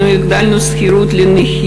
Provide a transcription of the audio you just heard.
אנחנו הגדלנו את הסיוע בשכירות לנכים,